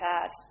add